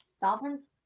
Dolphins